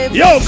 yo